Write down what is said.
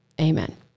Amen